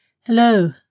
Hello